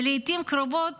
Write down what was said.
ולעיתים קרובות